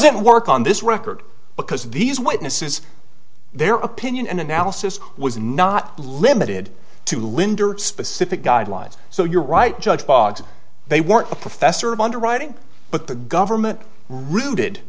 't work on this record because these witnesses their opinion and analysis was not limited to linder specific guidelines so you're right judge boggs they weren't a professor of underwriting but the government rooted